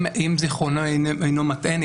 אם זיכרוני אינו מטעני,